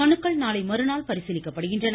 மனுக்கள் நாளை மறுநாள் பரிசீலிக்கப்படுகின்றன